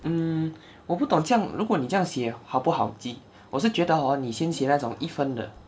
mm 我不懂这样如果你这样写好不好记我是觉得 hor 你先写那种一分的